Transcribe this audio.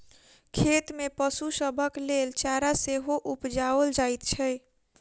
खेत मे पशु सभक लेल चारा सेहो उपजाओल जाइत छै